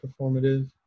performative